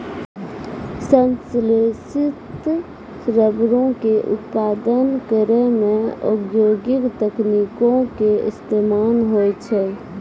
संश्लेषित रबरो के उत्पादन करै मे औद्योगिक तकनीको के इस्तेमाल होय छै